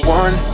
one